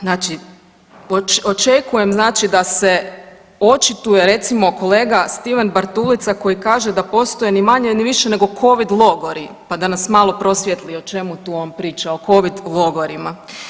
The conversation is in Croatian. Znači očekujem znači da se očituje recimo kolega Stiven Bartulica koji kaže da postoje ni manje ni više nego covid logori, pa da nas malo prosvijetli o čemu tu on priča, o covid logorima.